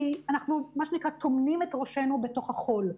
כי אנחנו טומנים את ראשינו בתוך החול.